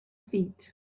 feet